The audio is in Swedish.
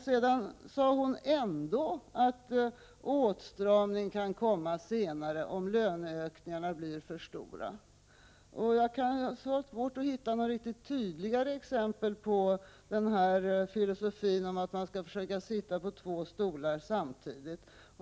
Sedan sade hon ändå att en åtstramning kan komma senare, om löneökningarna blir för stora. Jag har svårt att hitta något tydligare exempel på metoden att försöka sitta på två stolar samtidigt.